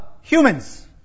humans